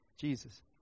Jesus